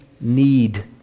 need